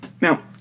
Now